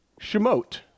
Shemot